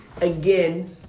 again